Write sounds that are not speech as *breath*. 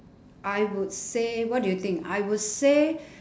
I would say what do you think I would say *breath*